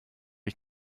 ich